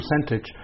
percentage